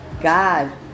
God